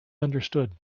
understood